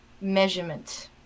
measurement